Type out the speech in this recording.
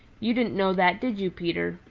you didn't know that, did you, peter?